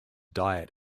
diet